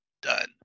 done